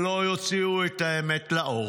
שלא יוציאו את האמת לאור.